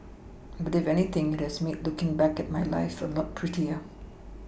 but if anything it has made looking back at my life a lot prettier